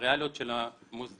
הריאליות של המוסדיים